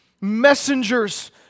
messengers